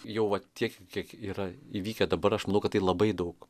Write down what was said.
jau va tiek kiek yra įvykę dabar aš manau kad tai labai daug